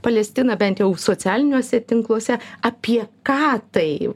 palestiną bent jau socialiniuose tinkluose apie ką tai